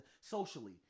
socially